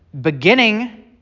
beginning